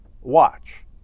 watch